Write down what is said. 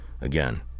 Again